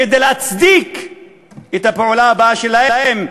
כדי להצדיק את הפעולה הבאה שלהם,